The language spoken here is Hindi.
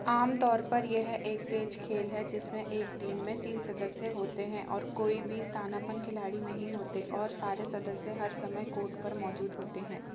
आम तौर पर यह एक तेज खेल है जिसमें एक टीम में तीन सदस्य होते हैं और कोई स्थानापन्न खिलाड़ी नहीं होते और सारे सदस्य हर समय कोर्ट पर मौजूद होते हैं